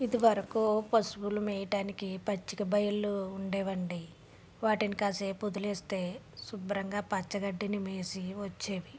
ఇదివరకు పశువులు మేయటానికి పచ్చిక బయళ్ళు ఉండేవండి వాటిని కాసేపు వదిలేస్తే శుభ్రంగా పచ్చగడ్డిని మేసి వచ్చేవి